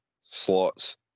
slots